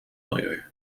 milieu